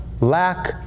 lack